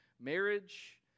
marriage